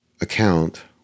account